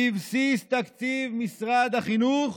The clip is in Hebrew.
בבסיס תקציב משרד החינוך.